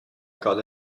got